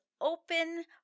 open